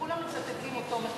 כולם מצטטים אותו,